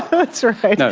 that's right. no,